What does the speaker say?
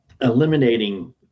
eliminating